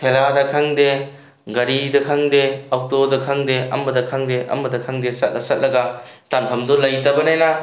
ꯊꯦꯂꯥꯗ ꯈꯪꯗꯦ ꯒꯥꯔꯤꯗ ꯈꯪꯗꯦ ꯑꯣꯇꯣꯗ ꯈꯪꯗꯦ ꯑꯃꯗ ꯈꯪꯗꯦ ꯑꯃꯗ ꯈꯪꯗꯦ ꯆꯠꯂ ꯆꯠꯂꯒ ꯇꯥꯟꯐꯝꯗꯣ ꯂꯩꯇꯕꯅꯤꯅ